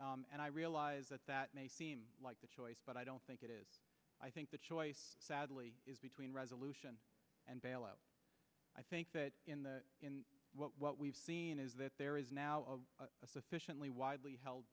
bankruptcy and i realize that that may seem like the choice but i don't think it is i think the choice sadly is between resolution and bailout i think that in the in what we've seen is that there is now of a sufficiently widely held